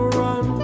run